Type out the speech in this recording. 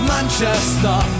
Manchester